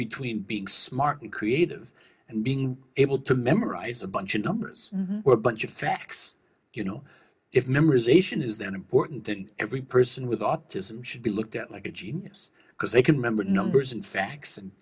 between being smart and creative and being able to memorize a bunch of numbers or bunch of facts you know if memorization is then important to every person with autism should be looked at like a genius because they can remember numbers and facts and